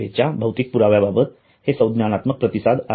सेवेच्या भौतिक पुराव्या बाबतचे हे संज्ञानात्मक प्रतिसाद आहेत